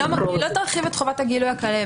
היא לא תרחיב את חובת הגילוי הקיימת.